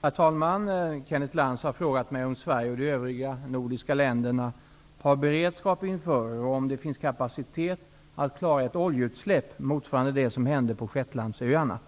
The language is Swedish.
Herr talman! Kenneth Lantz har frågat mig om Sverige och de övriga nordiska länderna har beredskap inför, och om det finns kapacitet att klara, ett oljeutsläpp motsvarande det som hände på Shetlandsöarna.